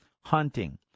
hunting